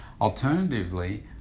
alternatively